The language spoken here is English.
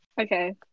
Okay